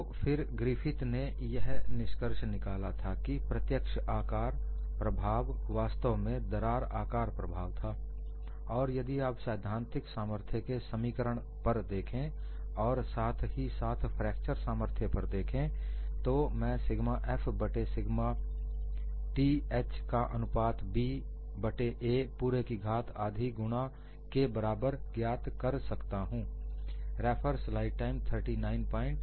तो फिर ग्रिफिथ ने यह निष्कर्ष निकाला था कि प्रत्यक्ष आकार प्रभाव वास्तव में दरार आकार प्रभाव था और यदि आप सैद्धांतिक सामर्थ्य के समीकरण पर देखें और साथ ही साथ फ्रैक्चर सामर्थ्य पर देखें तो मैं सिग्मा f बट्टे सिग्मा th का अनुपात 'b' बट्टे 'a' पूरे की घात आधी गुणा के लगभग बराबर ज्ञात कर सकता हूं